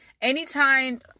Anytime